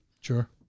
Sure